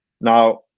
Now